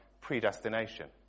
predestination